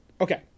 okay